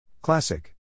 Classic